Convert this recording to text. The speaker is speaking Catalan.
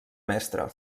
mestra